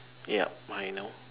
yup I know